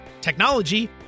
technology